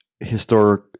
Historic